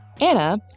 Anna